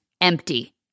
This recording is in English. empty